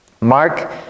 Mark